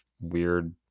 weird